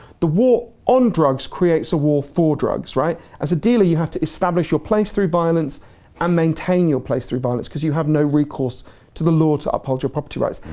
the war on drugs creates a war for drugs. as a dealer, you have to establish your place through violence and maintain your place through violence, because you have no recourse to the law to uphold your property rights.